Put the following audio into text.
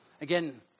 Again